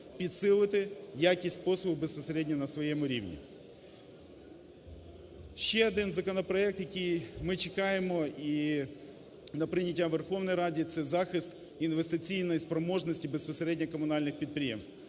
підсилити якість послуг безпосередньо на своєму рівні. Ще один законопроект, який ми чекаємо і на прийняття у Верховній Раді, - це захист інвестиційної спроможності безпосередньо комунальних підприємств.